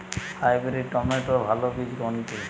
Hybrid টমেটোর ভালো বীজ কোনটি?